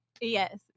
Yes